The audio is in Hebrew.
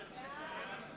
שעה)